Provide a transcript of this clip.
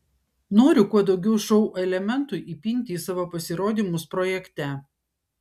noriu kuo daugiau šou elementų įpinti į savo pasirodymus projekte